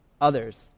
Others